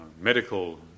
medical